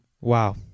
Wow